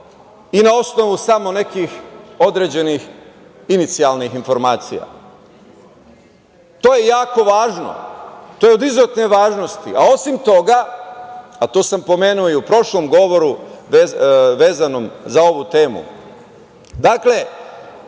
i na osnovu samo nekih određenih inicijalnih informacija. To je jako važno, to je od izuzetne važnosti. Osim toga, a to sam pomenuo i u prošlom govoru vezanom za ovu temu, dakle,